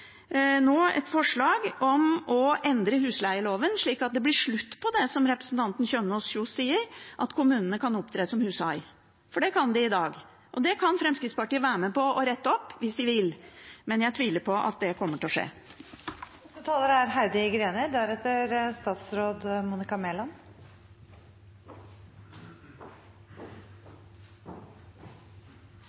et forslag om å endre husleieloven, slik at det blir slutt på det som representanten Kjønaas Kjos sier, at kommunene kan opptre som hushai. For det kan de i dag, og det kan Fremskrittspartiet være med på å rette opp hvis de vil. Men jeg tviler på at det kommer til å skje.